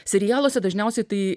serialuose dažniausiai tai